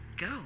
Go